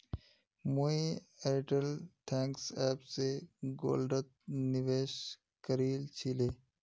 मुई Airtel Thanks app स गोल्डत निवेश करील छिले